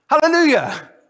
Hallelujah